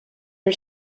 her